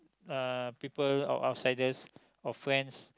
uh people or outsiders or friends